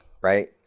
right